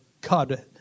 God